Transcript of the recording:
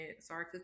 Sorry